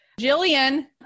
Jillian